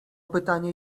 pytanie